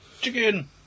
chicken